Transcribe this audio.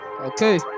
okay